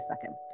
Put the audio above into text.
second